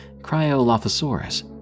cryolophosaurus